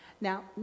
Now